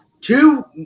two